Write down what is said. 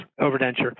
overdenture